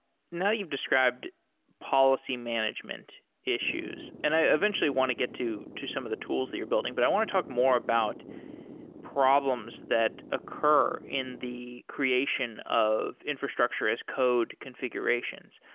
now you've described policy management issues, and i eventually want to get to to some of the tools that you're building, but i want to talk more about problems that occur in the creation of infrastructure as code configurations.